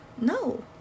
no